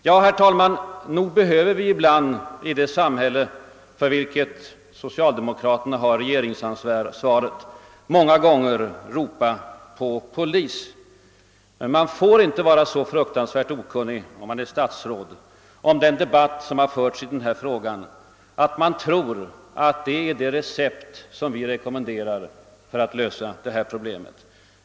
Ja, herr talman, nog behöver vi ibland i det samhälle för vilket socialdemokraterna har regeringsansvaret många gånger ropa på polis. Men man får inte vara så fruktansvärt okunnig, om man är statsråd, om den debatt som har förts i den här frågan att man tror att det är det enda recept som vi rekommenderar för att lösa narkotikaproblemet.